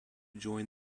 join